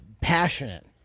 passionate